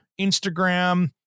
Instagram